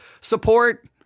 support